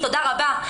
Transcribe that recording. תודה רבה.